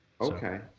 Okay